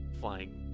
flying